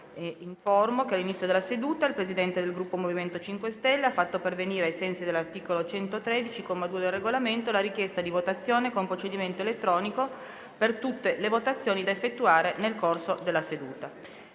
che all'inizio della seduta il Presidente del Gruppo MoVimento 5 Stelle ha fatto pervenire, ai sensi dell'articolo 113, comma 2, del Regolamento, la richiesta di votazione con procedimento elettronico per tutte le votazioni da effettuare nel corso della seduta.